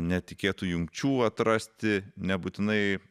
netikėtų jungčių atrasti nebūtinai